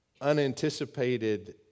unanticipated